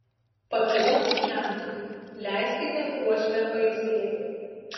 patarimas žentui leiskite uošvę pailsėti